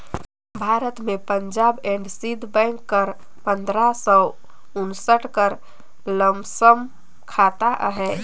भारत में Punjab and Sind bank कर पंदरा सव उन्सठ कर लमसम साखा अहे